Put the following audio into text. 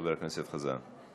חבר הכנסת חזן.